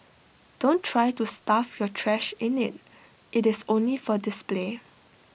don't try to stuff your trash in IT it is only for display